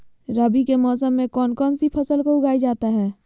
रवि के मौसम में कौन कौन सी फसल को उगाई जाता है?